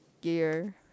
gear